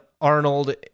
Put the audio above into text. Arnold